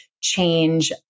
change